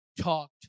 talked